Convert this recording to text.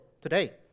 today